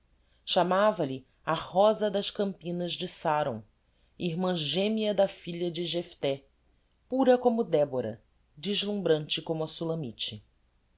engadhi chamava-lhe a rosa das campinas de sáron irmã gemea da filha de jephté pura como débora deslumbrante como a sulamite